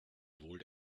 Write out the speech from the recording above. wohl